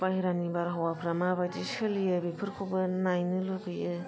बायह्रानि बारहावाफ्रा माबादि सोलियो बेफोरखौबो नायनो लुबैयो